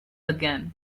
again